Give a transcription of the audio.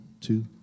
two